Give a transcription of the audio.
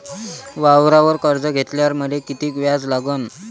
वावरावर कर्ज घेतल्यावर मले कितीक व्याज लागन?